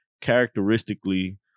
characteristically